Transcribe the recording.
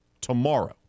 tomorrow